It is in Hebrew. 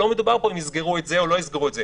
לא מדובר פה אם יסגרו את זה או לא יסגרו את זה.